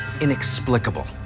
inexplicable